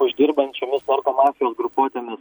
uždirbančiomis narkomafijos grupuotėmis